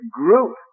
group